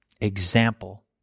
example